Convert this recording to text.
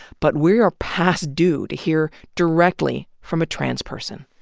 but we're past due to hear directly from a trans person.